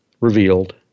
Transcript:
revealed